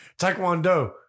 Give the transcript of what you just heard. Taekwondo